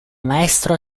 maestro